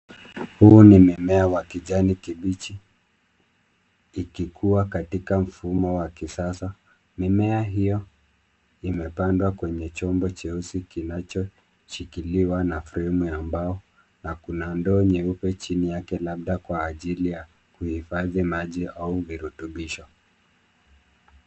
Huu ni mimea wa kijani kibichi ikikua katika mfumo wa kisasa. Mimea hiyo imepandwa kwenye chombo cheusi kinachoshikiliwa na fremu ya mbao na kuna ndoo nyeupe chini yake labda kwa ajili ya kuhifadhi maji au virutubisho.